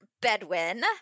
Bedwin